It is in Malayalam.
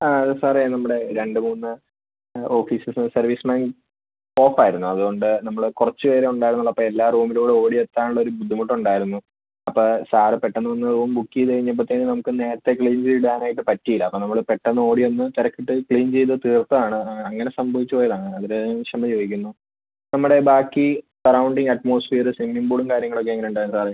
ആ അത് സാറേ നമ്മുടെ രണ്ട് മൂന്ന് ഓഫീസസ് സർവീസ് ലൈൻ ഓഫ് ആയിരുന്നു അതുകൊണ്ട് നമ്മൾ കുറച്ച് പേരേ ഉണ്ടായിരുന്നുള്ളൂ അപ്പോൾ എല്ലാ റൂമിലൂടെ ഓടി എത്താനുള്ള ഒരു ബുദ്ധിമുട്ട് ഉണ്ടായിരുന്നു അപ്പോൾ സാറ് പെട്ടെന്ന് വന്ന് റൂം ബുക്ക് ചെയ്ത് കഴിഞ്ഞപ്പോഴത്തേന് നമുക്ക് നേരത്തെ ക്ലീൻ ചെയ്ത് ഇടാനായിട്ട് പറ്റിയില്ല അപ്പോൾ നമ്മൾ പെട്ടെന്ന് ഓടി വന്ന് തിരക്കിട്ട് ക്ലീൻ ചെയ്ത് തീർത്തതാണ് ആ അങ്ങനെ സംഭവിച്ച് പോയതാണ് അതിൽ ക്ഷമ ചോദിക്കുന്നു നമ്മുടെ ബാക്കി സറൗണ്ടിംഗ് അറ്റ്മോസ്ഫിയറ് സ്വിമ്മിംഗ് പൂളും കാര്യങ്ങളൊക്കെ എങ്ങനെയുണ്ടായിരുന്നു സാറേ